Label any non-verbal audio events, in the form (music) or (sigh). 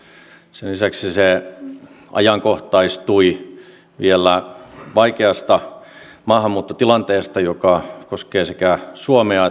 sen lisäksi se ajankohtaistui vielä vaikeasta maahanmuuttotilanteesta joka koskee sekä suomea (unintelligible)